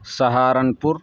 Saharanpur